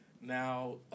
now